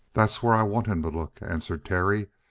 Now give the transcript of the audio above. that's where i want him to look, answered terry,